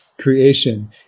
creation